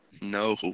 No